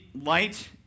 light